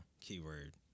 Keyword